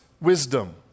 wisdom